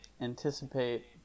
anticipate